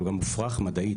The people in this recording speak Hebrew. אבל הוא מופרך מדעית,